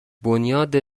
بنیاد